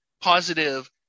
positive